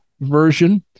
version